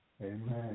Amen